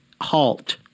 halt